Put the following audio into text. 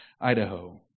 Idaho